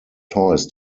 toys